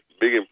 big